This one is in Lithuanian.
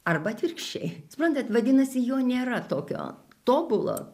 arba atvirkščiai suprantat vadinasi jo nėra tokio tobulo